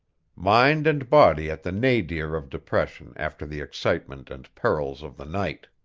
mind and body at the nadir of depression after the excitement and perils of the night.